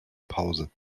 pause